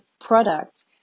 product